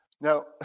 Now